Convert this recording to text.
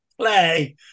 play